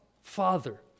Father